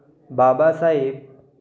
Babasaheb